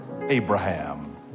Abraham